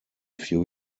few